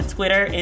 Twitter